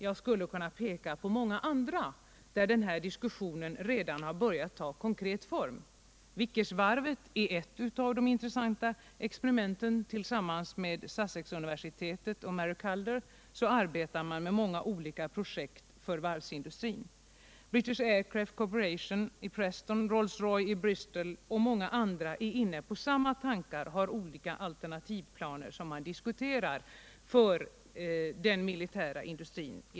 Jag skulle kunna peka på många andra som visar att diskussionen har börjat ta konkret form. Vickersvarvet är ett av de intressanta experimenten. Tillsammans med Sussexuniversitetet och Mary Kaldor arbetar man där med många olika projekt för varvsindustrin. British Aircraft Corporation i Preston, Rolls Royce i Bristol och många andra är inne på samma tankar och har olika alternativplaner som diskuteras för den militära industrin.